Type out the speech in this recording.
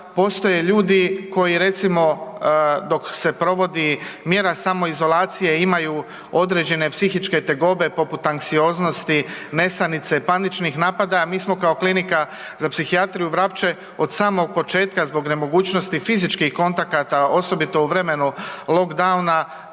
postoje ljudi koji recimo dok se provodi mjera samoizolacije imaju određene psihičke tegobe poput anksioznosti, nesanice, paničnih napadaja, mi smo kao Klinika za psihijatriju Vrapče od samog početaka zbog nemogućnosti fizičkih kontakata osobito u vremenu lock downa